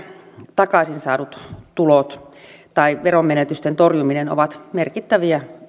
takaisin saadut tulot tai veronmenetysten torjuminen ovat merkittäviä